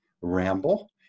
ramble